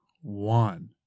One